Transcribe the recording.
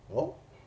oh